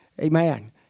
Amen